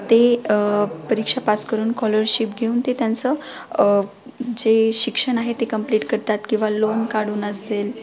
ते परीक्षा पास करून कॉलरशिप घेऊन ते त्यांचं जे शिक्षण आहे ते कम्प्लीट करतात किंवा लोन काढून असेल